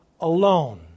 alone